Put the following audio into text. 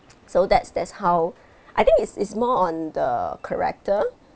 so that's that's how I think it's it's more on the character